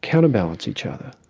counter-balance each other.